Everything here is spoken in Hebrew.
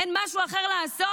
אין משהו אחר לעשות?